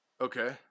Okay